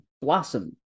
blossom